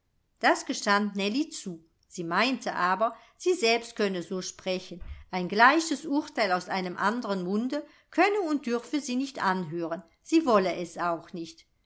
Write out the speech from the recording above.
das gestand nellie zu sie meinte aber sie selbst könne so sprechen ein gleiches urteil aus einem andern munde könne und dürfe sie nicht anhören sie wolle es auch nicht